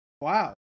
wow